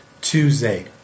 Tuesday